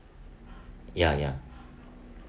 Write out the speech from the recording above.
ya ya